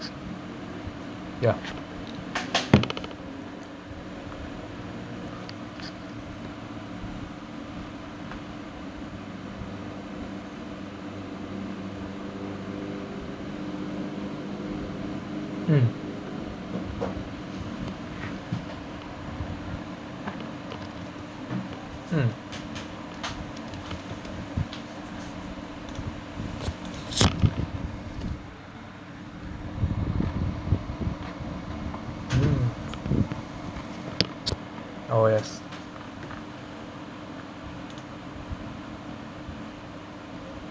ya mm mm hmm oh yes